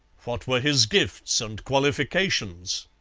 what were his gifts and qualifications?